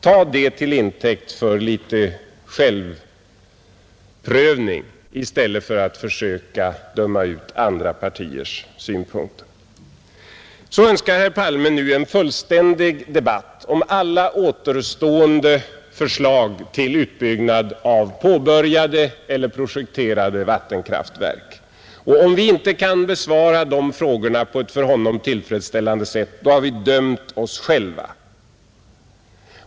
Tag det till intäkt för litet självprövning i stället för att försöka döma ut andra partiers synpunkter! Nu önskar herr Palme en fullständig debatt om alla återstående förslag till utbyggnad av påbörjade eller projekterade vattenkraftverk. Om vi inte kan besvara de frågorna på ett för honom tillfredsställande sätt, då har vi dömt oss själva.